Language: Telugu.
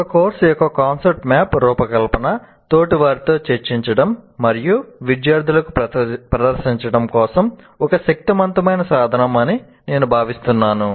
ఒక కోర్సు యొక్క కాన్సెప్ట్ మ్యాప్ రూపకల్పన తోటివారితో చర్చించడం మరియు విద్యార్థులకు ప్రదర్శించడం కోసం ఒక శక్తివంతమైన సాధనం అని నేను భావిస్తున్నాను